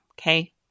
Okay